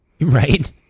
Right